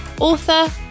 author